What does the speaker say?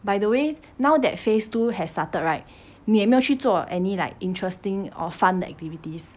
by the way now that phase two has started right 你有没有去做 any like interesting or fun 的 activities